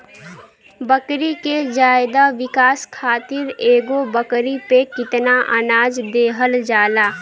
बकरी के ज्यादा विकास खातिर एगो बकरी पे कितना अनाज देहल जाला?